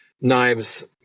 knives